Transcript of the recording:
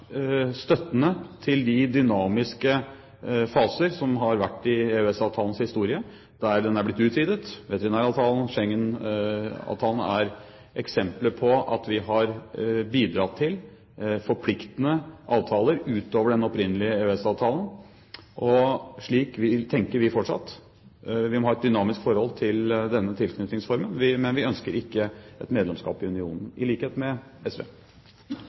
til de dynamiske faser som har vært i EØS-avtalens historie – der den er blitt utvidet. Veterinæravtalen og Schengen-avtalen er eksempler på at vi har bidratt til forpliktende avtaler utover den opprinnelige EØS-avtalen, og slik tenker vi fortsatt. Vi må ha et dynamisk forhold til denne tilknytningsformen, men vi ønsker ikke medlemskap i unionen, i likhet med SV.